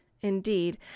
Indeed